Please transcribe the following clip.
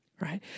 Right